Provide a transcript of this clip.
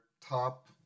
top